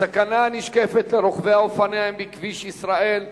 הסכנה הנשקפת לרוכבי האופניים בכבישי ישראל,